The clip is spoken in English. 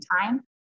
time